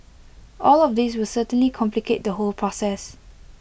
all of these will certainly complicate the whole process